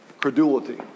Credulity